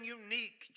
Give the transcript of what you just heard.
unique